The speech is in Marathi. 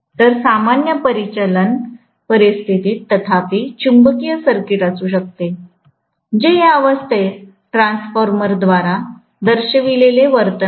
तर सामान्य परिचालन परिस्थितीत तथापि चुंबकीय सर्किट असू शकते जे या अवस्थेत ट्रान्सफॉर्मर द्वारे दर्शविलेले वर्तन आहे